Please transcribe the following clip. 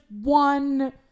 one